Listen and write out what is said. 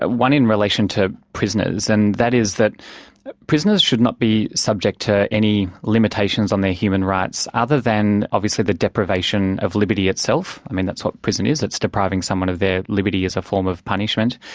ah one in relation to prisoners, and that is that prisoners should not be subject to any limitations on their human rights, other than obviously the deprivation of liberty itself, i mean that's what prison is, it's depriving someone of their liberty as a form of punishment.